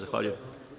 Zahvaljujem.